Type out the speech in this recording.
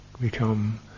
become